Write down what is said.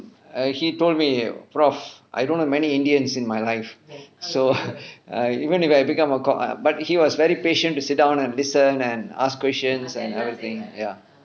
uh he told me prof I don't have many indians in my life so even if I become a god but he was very patient to sit down and listen and ask questions and everything ya